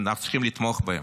אנחנו צריכים לתמוך בהם,